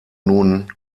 nun